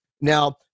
Now